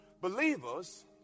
Believers